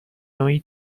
نوعی